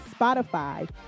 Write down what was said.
Spotify